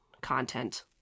content